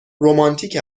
رومانتیک